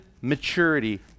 maturity